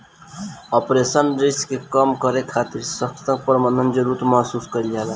operational risk के कम करे खातिर ससक्त प्रबंधन के जरुरत महसूस कईल जाला